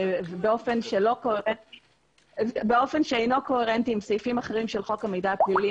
באופן שאינו קוהרנטי עם סעיפים אחרים של חוק המידע הפלילי.